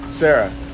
Sarah